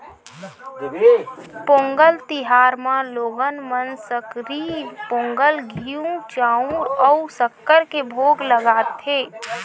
पोंगल तिहार म लोगन मन सकरई पोंगल, घींव, चउर अउ सक्कर के भोग लगाथे